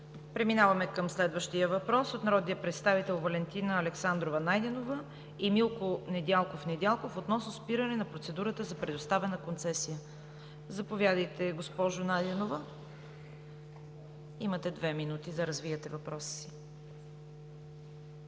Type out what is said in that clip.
Преминаваме към следващия въпрос от народните представители Валентина Александрова Найденова и Милко Недялков Недялков относно спиране на процедурата за предоставяне на концесия. Заповядайте, госпожо Найденова. ВАЛЕНТИНА НАЙДЕНОВА (БСП за